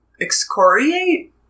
Excoriate